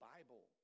Bible